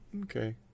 Okay